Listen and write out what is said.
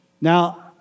Now